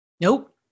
Nope